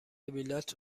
سبیلات